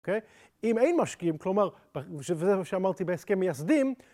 אם אין משקיעים, כלומר וזה מה שאמרתי בהסכם מייסדים.